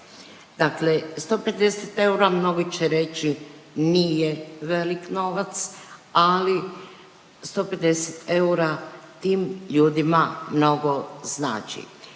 Dakle, 150 eura mnogi će reći nije velik novac, ali 150 eura tim ljudima mnogo znači.